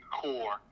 core